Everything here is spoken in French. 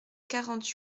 quarante